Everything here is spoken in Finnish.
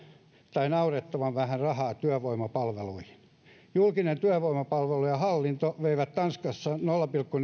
tai naurettavan vähän rahaa työvoimapalveluihin julkinen työvoimapalvelu ja hallinto vei tanskassa nolla pilkku